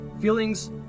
Feelings